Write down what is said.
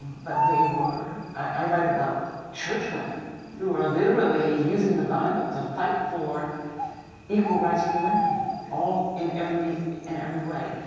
but they were. i write about church women who are literally using the bible to fight for equal rights for women all in every in every way.